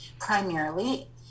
primarily